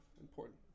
important